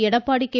Edappadi K